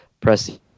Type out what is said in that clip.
press